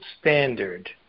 standard